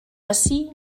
ací